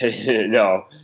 No